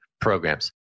programs